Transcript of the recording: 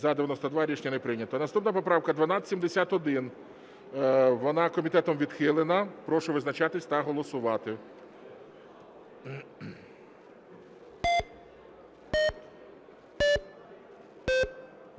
За-92 Рішення не прийнято. Наступна поправка 1271. Вона комітетом відхилена. Прошу визначатись та голосувати.